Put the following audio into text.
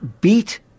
beat